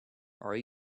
are